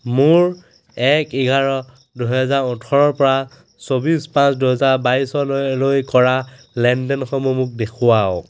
মোৰ এক এঘাৰ দুহেজাৰ ওঠৰৰপৰা চৌব্বিছ পাঁচ দুহেজাৰ বাইছলৈ লৈ কৰা লেনদেনসমূহ মোক দেখুৱাওক